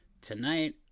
Tonight